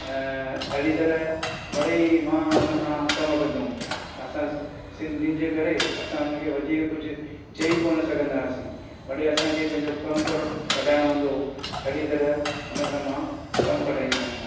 ऐं अहिड़ी तरह वरी मां हुन खां कमु वठंदो हुउमि असां सिंधियुनि जे करे असां हुन खे वधीक कुझु चयईं बि कोन सघंदा हुआसीं वरी असांखे पंहिंजो कमु कढाइणो हूंदो हुओ अहिड़ी तरह उन सां मां कमु कढाईंदो हुउमि मां